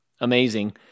Amazing